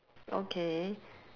okay